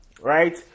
right